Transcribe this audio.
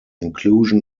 inclusion